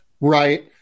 right